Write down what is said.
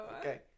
Okay